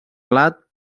plat